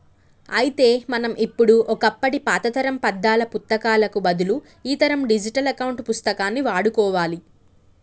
అయితే మనం ఇప్పుడు ఒకప్పటి పాతతరం పద్దాల పుత్తకాలకు బదులు ఈతరం డిజిటల్ అకౌంట్ పుస్తకాన్ని వాడుకోవాలి